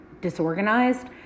disorganized